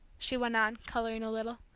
she went on, coloring a little.